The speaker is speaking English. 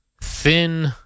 thin